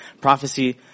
prophecy